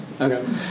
Okay